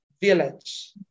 village